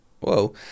Whoa